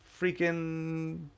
freaking